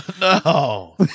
No